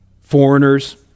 Foreigners